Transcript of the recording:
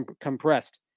compressed